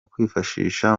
kwifashisha